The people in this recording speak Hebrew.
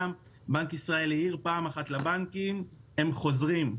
בנק ישראל העיר פעם אחת לבנקים, אבל הם חוזרים.